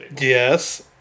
Yes